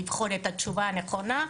לבחון את התשובה הנכונה,